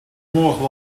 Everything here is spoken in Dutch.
morgen